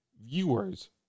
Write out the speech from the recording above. Viewers